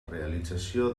realització